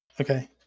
Okay